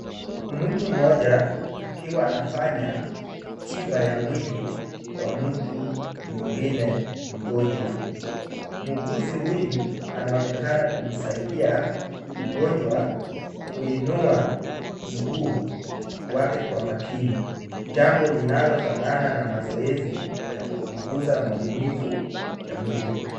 Mtu mmoja akiwa anafanya tiba ya mwili kwa mtu mwingine mgonjwa. Muuguzi huyu, anaonekana kumsaidia mgonjwa kuinua mguu wake kwa makini, jambo linalofanana na mazoezi ya kupunguza maumivu ya mwili.